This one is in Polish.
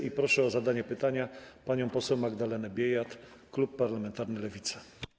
I proszę o zadanie pytania panią poseł Magdalenę Biejat, klub parlamentarny Lewica.